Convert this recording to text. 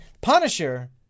Punisher